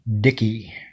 dicky